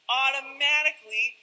automatically